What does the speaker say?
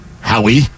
Howie